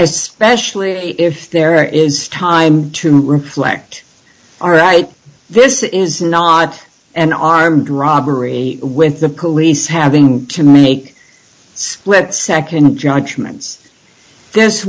as specially if there is time to reflect all right this is not an armed robbery with the police having to make split nd judgments this